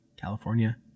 California